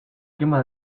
quema